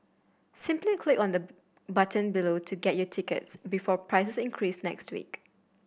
simply click on the button below to get your tickets before prices increase next week